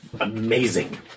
amazing